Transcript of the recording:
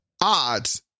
odds